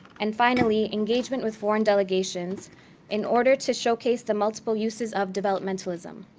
and finally, engagement with foreign delegations in order to showcase the multiple uses of developmentalism.